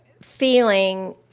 feeling